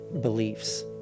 beliefs